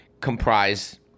comprise